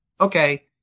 okay